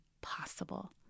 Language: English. possible